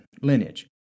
lineage